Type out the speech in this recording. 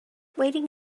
waiting